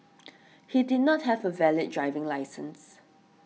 he did not have a valid driving licence